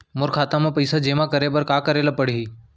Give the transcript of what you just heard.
मोर खाता म पइसा जेमा करे बर का करे ल पड़ही?